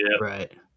Right